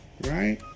right